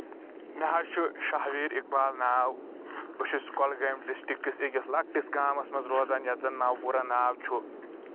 مےٚ حظ چھُ شاہویٖر اقبال ناو بہٕ چھُس کۄلگامۍ ڈسٹککِس أکِس لۄکٹِس گامَس منٛز روزان یَتھ زَن نوپورہ ناو چھُ